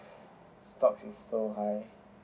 stock is so high